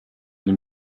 den